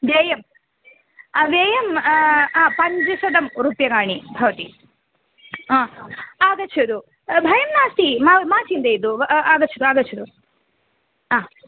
व्ययं व्ययं पञ्चशतं रूप्यकाणि भवति हा आगच्छतु भयं नास्ति मा मा चिन्तयतु आगच्छतु आगच्छतु हा